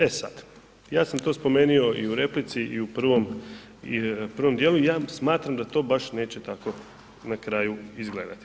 E sad, ja sam to spomenuo i u replici i u prvom dijelu, ja smatram da to baš neće tako na kraju izgledati.